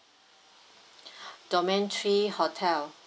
domain three hotel